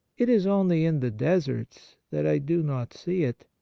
it is only in the deserts that i do not see it,